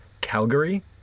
calgary